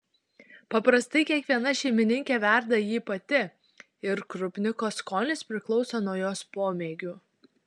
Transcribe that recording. paprastai kiekviena šeimininkė verda jį pati ir krupniko skonis priklauso nuo jos pomėgių